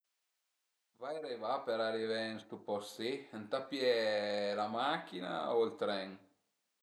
Vaire a i va për arivé ën sto post si? Ëntà pìé la macchina o ël tren?